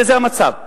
זה המצב.